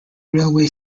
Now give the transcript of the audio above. railway